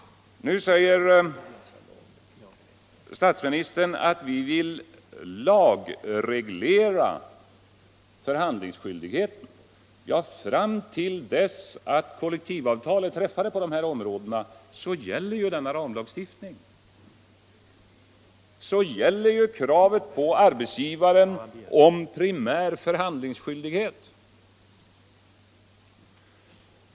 Nu säger statsministern att vi vill lagreglera förhandlingsskyldigheten. Ja, fram till dess att kollektivavtal är träffade på dessa områden gäller ramlagstiftningen om arbetsgivarnas primära förhandlingsskyldighet.